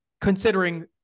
considering